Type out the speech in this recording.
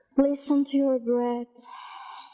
listen to your breath